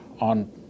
on